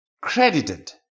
credited